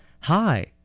Hi